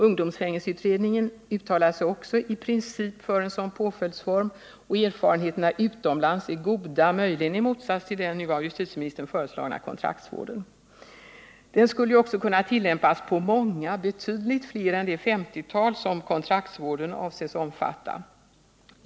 Ungdomsfängelseutredningen uttalar sig också i princip för en sådan påföljdsform. Erfarenheterna utomlands är goda — möjligen i motsats till den nu av justitieministern föreslagna kontraktsvården. Den skulle ju också tillämpas på många — i varje fall på betydligt fler än det 50-tal som kontraktsvården avses omfatta.